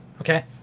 Okay